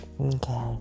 Okay